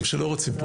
זה לא הנושא.